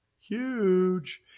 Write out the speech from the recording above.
huge